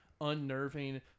unnerving